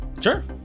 Sure